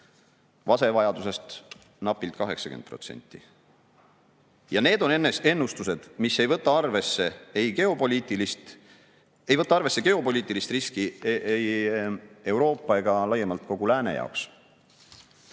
vasevajadusest napilt 80%. Ja need on ennustused, mis ei võta arvesse geopoliitilist riski ei Euroopa ega laiemalt kogu lääne jaoks. Hiina